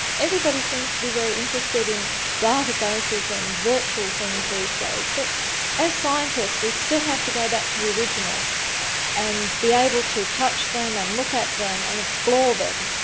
everybody seems to be very interested in databases and virtual things these days, but as scientists we still have to go back to the originals and be able to touch them and look at them and explore them,